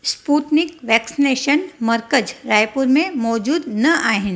Sputnik vaccination मर्कज़ रायपुर में मौजूदु न आहिनि